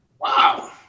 Wow